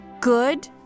good